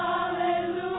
Hallelujah